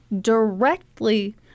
directly